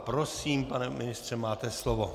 Prosím, pane ministře, máte slovo.